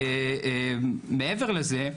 מעבר לזה,